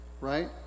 right